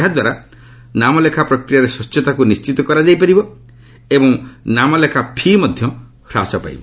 ଏହାଦ୍ୱାରା ନାମଲେଖା ପ୍ରକ୍ରିୟାରେ ସ୍ୱଚ୍ଚତାକୁ ନିର୍ଣ୍ଣିତ କରାଯାଇପାରିବ ଏବଂ ନାମଲେଖା ଫି' ହ୍ରାସ ପାଇବ